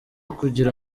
kugira